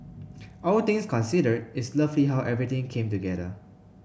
all things considered it's lovely how everything came together